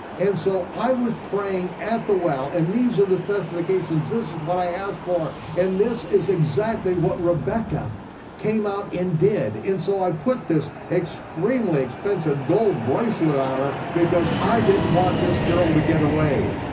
and so i was praying at the well, and these were the specifications, this is what i asked for, and this is exactly what rebekah came out and did, and so i put this extremely expensive gold bracelet on her, because i didn't want this girl to get away.